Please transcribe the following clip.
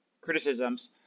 criticisms